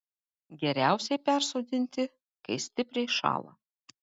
geriausiai persodinti kai stipriai šąla